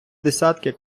десятки